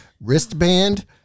wristband